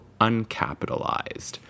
uncapitalized